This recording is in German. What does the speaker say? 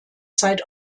zeit